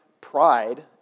pride